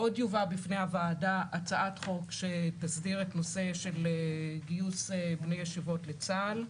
עוד יובא בפני הוועדה הצעת חוק שתסדיר את נושא גיוס בני הישיבות לצה"ל.